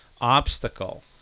obstacle